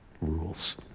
rules